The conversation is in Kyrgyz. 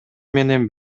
менен